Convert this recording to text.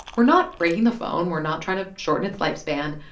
we're not breaking the phone. we're not trying to shorten its lifespan.